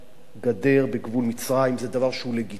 גדר בגבול מצרים זה דבר שהוא לגיטימי,